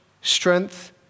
strength